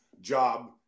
job